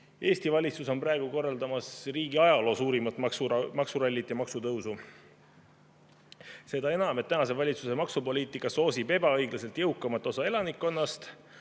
Eesti valitsus on praegu korraldamas riigi ajaloo suurimat maksurallit ja maksutõusu. Enamgi veel, valitsuse maksupoliitika soosib ebaõiglaselt elanikkonna